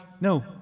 No